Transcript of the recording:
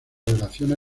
relaciona